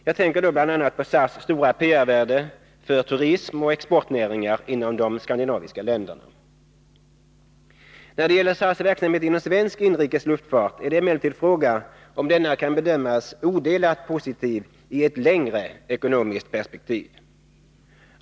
Jag tänker då bl.a. på SAS stora PR-värde för turism och exportnäringar inom de skandinaviska länderna. När det gäller SAS verksamhet inom svensk inrikes luftfart är det emellertid fråga om denna kan bedömas odelat positiv i ett längre ekonomiskt perspektiv.